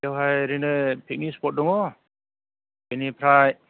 बेवहाय ओरैनो picnic spot दङ बिनिफ्राय